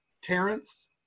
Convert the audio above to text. Terrence